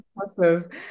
impressive